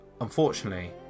unfortunately